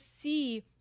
see